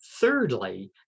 thirdly